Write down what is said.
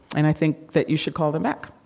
and i think that you should call them back